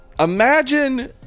Imagine